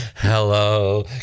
Hello